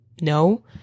no